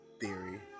theory